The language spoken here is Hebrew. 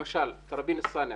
למשל תראבין א-צנאע,